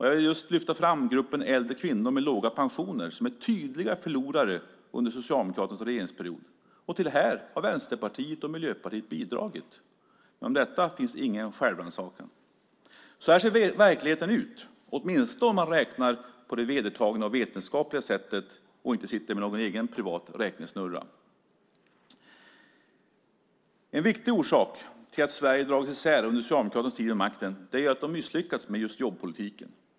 Jag vill lyfta fram just gruppen äldre kvinnor med låga pensioner, som är tydliga förlorare under Socialdemokraternas regeringsperiod. Till det här har Vänsterpartiet och Miljöpartiet bidragit. Men när det gäller detta finns ingen självrannsakan. Så här ser verkligheten ut, åtminstone om man räknar på det vedertagna och vetenskapliga sättet och inte sitter med någon egen privat räknesnurra. En viktig orsak till att Sverige har dragits isär under Socialdemokraternas tid vid makten är att de har misslyckats med jobbpolitiken.